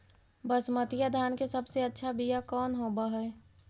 बसमतिया धान के सबसे अच्छा बीया कौन हौब हैं?